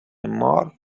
مار